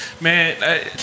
man